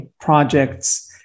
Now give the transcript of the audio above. projects